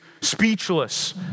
speechless